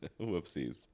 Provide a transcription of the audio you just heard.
Whoopsies